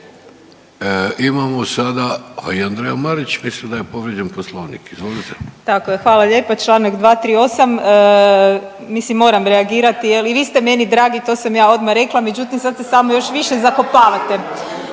Imamo sada, a i Andreja Marić misli da je povrijeđen poslovnik, izvolite. **Marić, Andreja (SDP)** Tako je, hvala lijepo, čl. 238., mislim moram reagirati jel i vi ste meni dragi, to sam ja odma rekla, međutim sad se samo još više zakopavate,